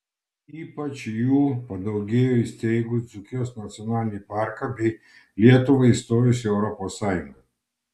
ypač jų padaugėjo įsteigus dzūkijos nacionalinį parką bei lietuvai įstojus į europos sąjungą